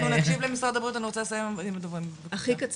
אנחנו נקשיב למשרד הבריאות.